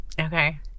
Okay